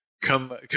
come